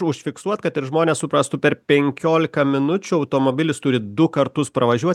užfiksuot kad ir žmonės suprastų per penkiolika minučių automobilis turi du kartus pravažiuot